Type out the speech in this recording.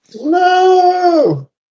No